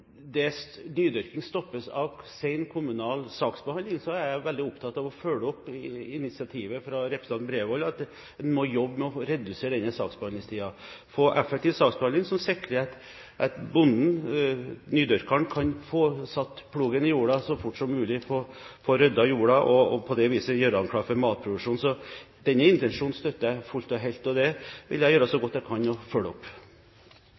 nydyrking stoppes av sen kommunal saksbehandling, er jeg veldig opptatt av å følge opp initiativet fra representanten Bredvold om å jobbe med å redusere denne saksbehandlingstiden, få effektiv saksbehandling som sikrer at bonden – nydyrkeren – kan få satt plogen i jorda og så fort som mulig få ryddet jorda og på det viset gjøre den klar for matproduksjon. Den intensjonen støtter jeg helt og fullt, så jeg vil gjøre så godt jeg kan for å følge opp.